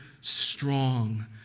strong